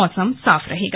मौसम साफ रहेगा